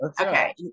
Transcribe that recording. okay